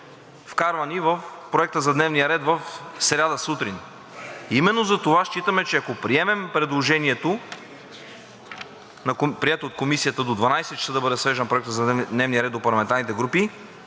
вкарвани в Проекта за дневния ред в сряда сутрин. Именно затова считаме, че ако приемем предложението, прието от Комисията, до 12,00 ч. да бъде свеждан Проектът за дневен ред до парламентарните групи,